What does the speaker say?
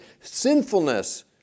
sinfulness